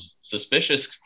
Suspicious